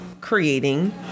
creating